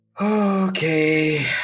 Okay